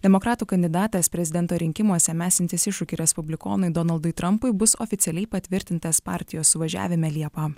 demokratų kandidatas prezidento rinkimuose mesiantis iššūkį respublikonui donaldui trampui bus oficialiai patvirtintas partijos suvažiavime liepą